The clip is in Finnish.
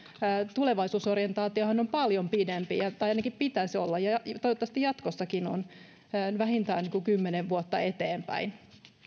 tulevaisuusorientaatiohan on paljon pidempi tai ainakin pitäisi olla ja toivottavasti jatkossakin on vähintään kymmenen vuotta eteenpäin